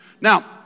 Now